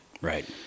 Right